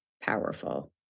powerful